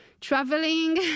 traveling